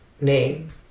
name